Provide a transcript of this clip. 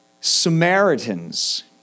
Samaritans